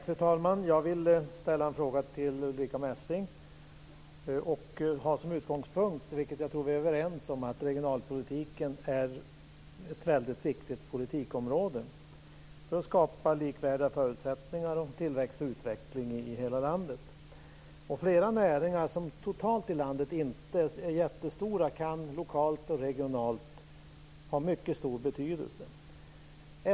Fru talman! Jag vill ställa en fråga till Ulrica Messing. Min utgångspunkt, som jag tror att vi är överens om, är att regionalpolitiken är ett väldigt viktigt politikområde för att skapa likvärdiga förutsättningar för tillväxt och utveckling i hela landet. Flera näringar som totalt i landet inte är jättestora kan lokalt och regionalt ha mycket stor betydelse.